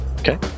Okay